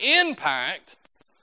impact